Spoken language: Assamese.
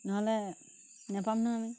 নহ'লে নাপাম নহয় আমি